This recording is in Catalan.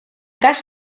cas